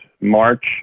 March